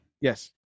Yes